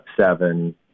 seven